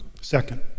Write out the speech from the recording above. Second